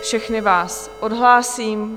Všechny vás odhlásím.